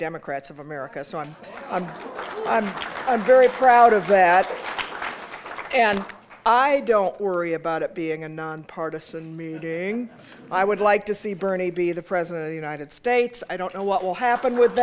democrats of america so i'm i'm i'm i'm very proud of that and i don't worry about it being a nonpartisan meeting i would like to see bernie be the president of the united states i don't know what will happen with